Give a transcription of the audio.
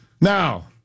Now